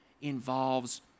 involves